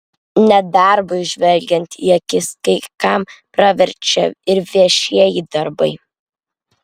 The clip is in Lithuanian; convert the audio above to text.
nedarbui žvelgiant į akis kai kam praverčia ir viešieji darbai